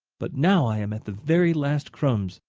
but now i am at the very last crumbs.